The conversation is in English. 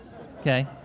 Okay